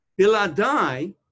Biladai